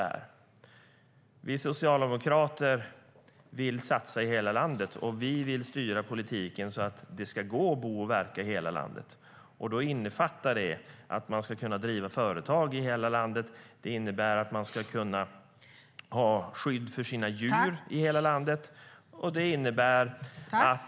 Vi socialdemokrater vill satsa i hela landet, och vi vill styra politiken så att det ska gå att bo och verka i hela landet. Det innefattar bland annat att man ska kunna driva företag i hela landet och att man ska kunna ha skydd för sina djur i hela landet.